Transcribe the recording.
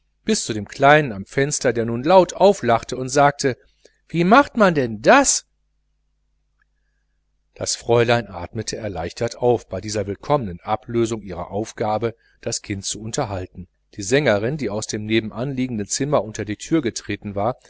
bis zu dem kleinen am fenster der nun laut auflachte und sagte wie macht man denn das das fräulein atmete erleichtert auf bei dieser willkommenen ablösung in ihrer aufgabe das kind zu unterhalten die sängerin die aus dem nebenan liegenden zimmer unter die türe getreten war